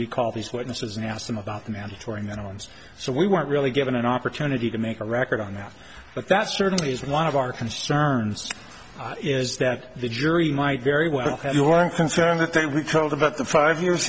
recall these witnesses and ask them about the mandatory minimums so we weren't really given an opportunity to make a record on that but that's certainly one of our concerns is that the jury might very well have you weren't concerned that they were told about the five year